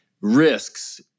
risks